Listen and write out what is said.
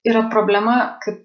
yra problema kad